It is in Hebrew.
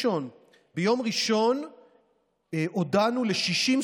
19. חבר הכנסת אשר, מה?